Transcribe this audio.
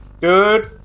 Good